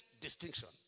distinction